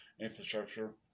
infrastructure